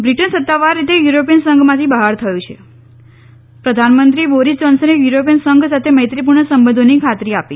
Britain સત્તાવાર રીતે European સંઘમાંથી બહાર થયુ છે પ્રધાનમંત્રી બોરિસ જોનસને યુરોપીયન સંઘ સાથે મૈત્રીપૂર્ણ સંબધોની ખાતરી આપી